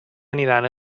aniran